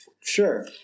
sure